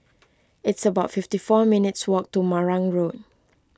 it's about fifty four minutes' walk to Marang Road